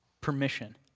permission